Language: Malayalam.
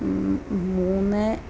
മൂന്ന്